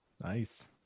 Nice